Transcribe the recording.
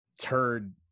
turd